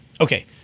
Okay